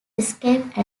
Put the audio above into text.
escape